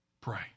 Pray